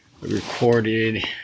recorded